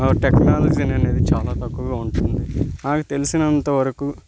technology అని అనేది చాలా తకువ్గా ఉంటుంది నాక్ తెలిసినంతవరకు